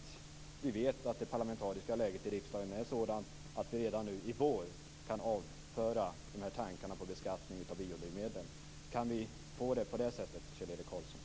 Vi vet att det parlamentariska läget är sådant att vi redan nu i vår kan avföra tankarna på beskattning av biodrivmedel. Kan vi få det på det sättet, Kjell-Erik Karlsson?